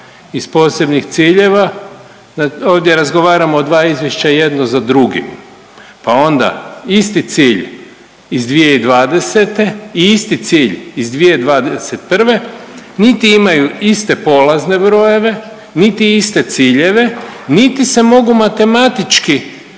iz posebnih ciljeva, ovdje razgovaramo o dva izvješća jedno za drugim, pa onda isti cilj iz 2020. i isti cilj iz 2021., niti imaju iste polazne brojeve, niti iste ciljeve, niti se mogu matematički